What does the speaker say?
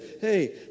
Hey